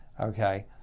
okay